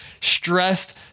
Stressed